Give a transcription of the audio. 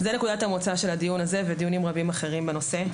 זאת נקודת המוצא של הדיון הזה ולדיונים רבים אחרים בנושא.